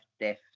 death